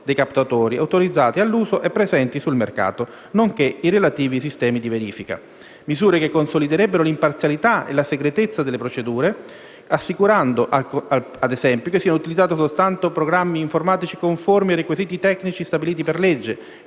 dei captatori autorizzati all'uso e presenti sul mercato, nonché i relativi sistemi di verifica. Misure che consoliderebbero l'imparzialità e la segretezza delle procedure, assicurando, ad esempio, che siano utilizzati soltanto programmi informatici conformi a requisiti tecnici stabiliti per legge,